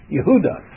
Yehuda